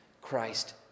Christ